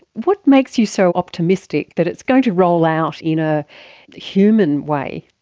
what makes you so optimistic that it's going to roll out in a human way?